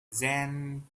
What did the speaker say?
then